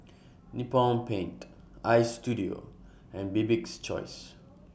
Nippon Paint Istudio and Bibik's Choice